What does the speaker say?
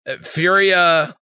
Furia